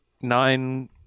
nine